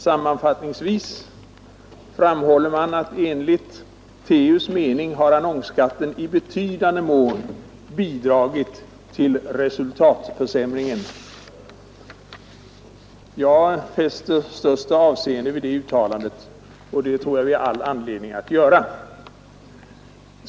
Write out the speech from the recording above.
Sammanfattningsvis framhåller man: ”Enligt TU:s mening har annonsskatten i betydande mån bidragit till resultatförsämringen.” Jag fäster det största avseende vid det uttalandet, och det tror jag vi har all anledning att göra.